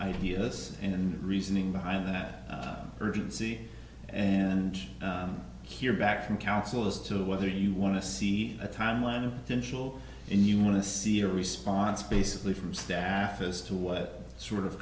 ideas and reasoning behind that urgency and hear back from council as to whether you want to see a timeline of tensional and you want to see a response basically from staff as to what sort of